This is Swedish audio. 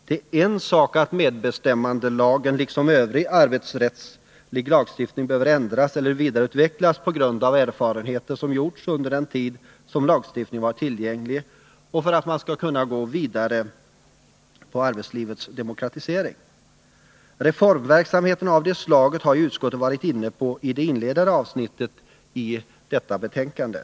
Det är en sak att medbestämmandelagen liksom övrig arbetsrättslig lagstiftning behöver ändras eller vidareutvecklas på grund av erfarenheter som gjorts under den tid som lagstiftningen varit tillämplig och för att man skall kunna gå vidare med arbetslivets demokratisering, Reformverksamhet av det slaget har utskottet varit inne på i det inledande avsnittet i detta betänkande.